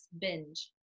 binge